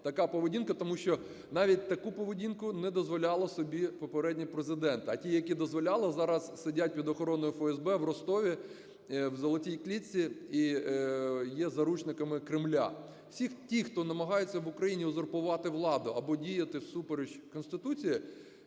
така поведінка, тому що навіть таку поведінку не дозволяли собі попередні Президенти, а ті, які дозволяли, зараз сидять під охороною ФСБ в Ростові в "золотій клітці" і є заручниками Кремля. Всі ті, хто намагається в Україні узурпувати владу або діяти всупереч Конституції,